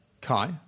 Kai